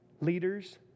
leaders